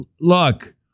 look